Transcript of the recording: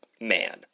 man